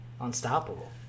unstoppable